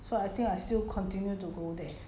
it it's better than I caught myself I think